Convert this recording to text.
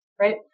right